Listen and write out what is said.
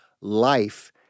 life